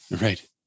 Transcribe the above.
Right